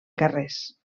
carrers